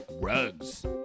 rugs